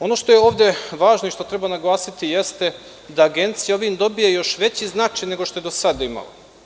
Ono što je ovde važno i što treba naglasiti, jeste da Agencija ovim dobija još veći značaj nego što je do sada imala.